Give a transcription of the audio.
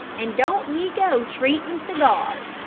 and don't ye go treatin' cigars.